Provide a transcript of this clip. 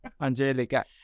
Angelica